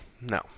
no